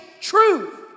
truth